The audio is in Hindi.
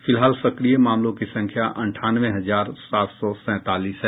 फिलहाल सक्रिय मामलों की संख्या अंठानवे हजार सात सौ सैंतालीस है